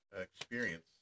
experience